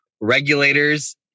regulators